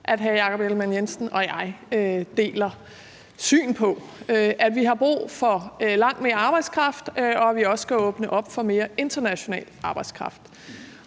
at hr. Jakob Ellemann-Jensen og jeg deler syn på, altså at vi har brug for langt mere arbejdskraft, og at vi også skal åbne op for mere international arbejdskraft.